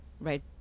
right